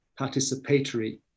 participatory